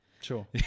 Sure